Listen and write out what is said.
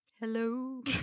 Hello